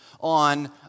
on